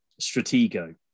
Stratego